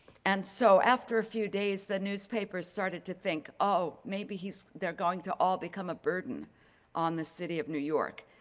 and so after a few days the newspapers started to think oh maybe he's they're going to all become a burden on the city of new york.